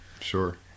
sure